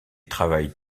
travaille